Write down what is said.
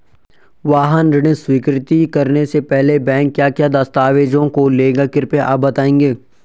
वाहन ऋण स्वीकृति करने से पहले बैंक क्या क्या दस्तावेज़ों को लेगा कृपया आप बताएँगे?